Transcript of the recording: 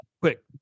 Quick